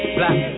black